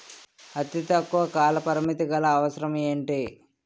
అతి తక్కువ కాల పరిమితి గల అవసరం ఏంటి